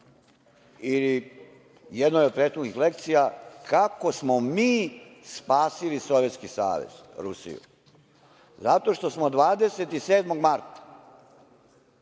u jednoj od prethodnih lekcija, kako smo mi spasili Sovjetski Savez, Rusiju. Zato što smo 27. marta,